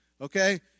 Okay